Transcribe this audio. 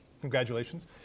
congratulations